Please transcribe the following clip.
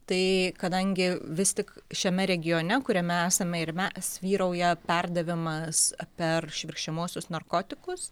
tai kadangi vis tik šiame regione kuriame esame ir mes vyrauja perdavimas per švirkščiamuosius narkotikus